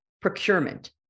procurement